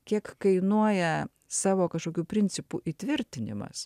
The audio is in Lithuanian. kiek kainuoja savo kažkokių principų įtvirtinimas